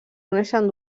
coneixen